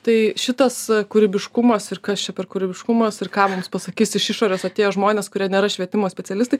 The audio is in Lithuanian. tai šitas kūrybiškumas ir kas čia per kūrybiškumas ir ką mums pasakys iš išorės atėję žmonės kurie nėra švietimo specialistai